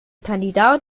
kandidat